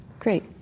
Great